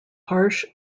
harsh